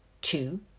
two